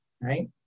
Right